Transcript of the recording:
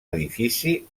edifici